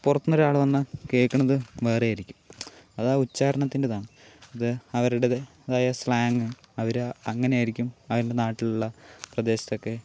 പുറത്തുനിന്ന് ഒരാൾ വന്നാൽ കേൾക്കുന്നത് വേറെ ആയിരിക്കും അതാ ഉച്ചാരണത്തിൻറെ ഇതാണ് അത് അവരുടേതായ സ്ലാങ്ങ് അവര് അങ്ങനെയായിരിക്കും അവരുടെ നാട്ടിലുള്ള പ്രദേശത്ത് ഒക്കെ